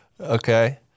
Okay